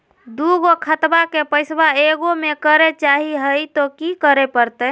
दू गो खतवा के पैसवा ए गो मे करे चाही हय तो कि करे परते?